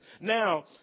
now